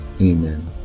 Amen